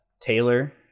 taylor